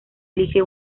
elige